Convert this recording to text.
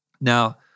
Now